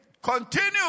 Continue